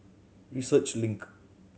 Research Link